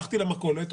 הלכתי למכולת.